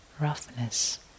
roughness